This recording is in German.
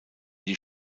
die